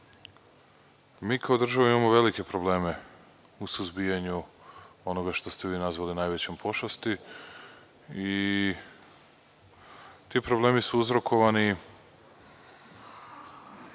mi kao država imamo velike probleme u suzbijanju onoga što ste vi nazvali najvećom pošasti i ti problemi su uzrokovani